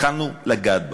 התחלנו לגעת בהן.